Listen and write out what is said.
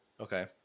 Okay